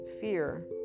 fear